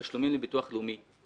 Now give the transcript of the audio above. תשלומים לביטוח לאומי.